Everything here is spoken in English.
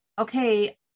okay